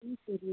ശരി ചേച്ചി